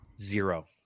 zero